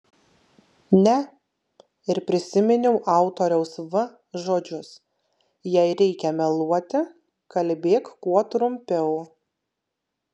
ne ir prisiminiau autoriaus v žodžius jei reikia meluoti kalbėk kuo trumpiau